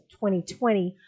2020